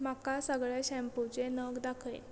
म्हाका सगळ्या शॅम्पूचे नग दाखय